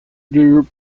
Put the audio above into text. greater